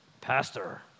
Pastor